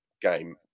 game